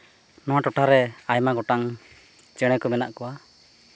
ᱱᱚᱣᱟ ᱴᱚᱴᱷᱟ ᱨᱮ ᱟᱭᱢᱟ ᱜᱚᱴᱟᱝ ᱪᱮᱬᱮ ᱠᱚ ᱢᱮᱱᱟᱜ ᱠᱚᱣᱟ